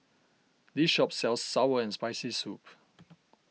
this shop sells Sour and Spicy Soup